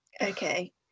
okay